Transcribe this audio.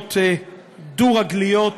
חיות דו-רגליות,